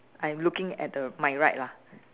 I'm looking at the my right lah